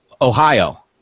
Ohio